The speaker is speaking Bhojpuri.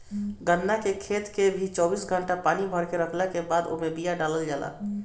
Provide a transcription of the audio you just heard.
गन्ना के खेत के भी चौबीस घंटा पानी भरके रखला के बादे ओमे बिया डालल जाला